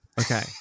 Okay